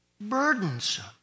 burdensome